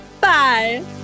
Bye